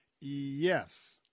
Yes